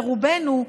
לרובנו,